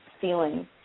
feeling